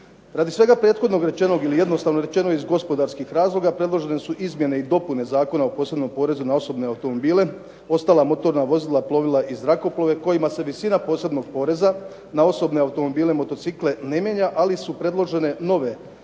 Radi svega prethodnog rečenog ili jednostavno rečeno iz gospodarskih razloga predložene su izmjene i dopune Zakona o posebnom porezu na osobne automobile, ostala motorna vozila, plovila i zrakoplove kojima se visina posebnog poreza na osobne automobile, motocikle ne mijenja, ali su predložene nove,